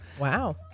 Wow